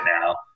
now